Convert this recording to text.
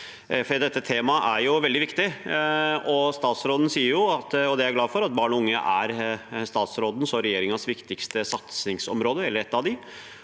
dette temaet er veldig viktig. Statsråden sier at barn og unge er statsrådens og regjeringens viktigste satsingsområder – eller ett av dem